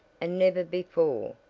and never before,